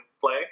play